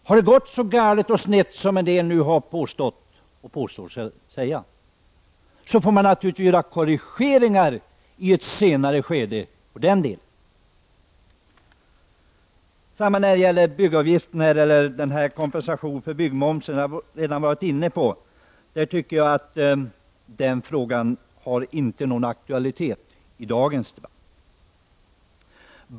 Går det så galet och snett som en del nu har påstått, får man naturligtvis göra korrigeringar i ett senare skede. Samma sak gäller byggavgiften eller kompensationen för byggmomsen. Jag har redan varit inne på detta. Jag tycker inte att den frågan har någon aktualitet i dagens debatt.